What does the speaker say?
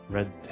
Red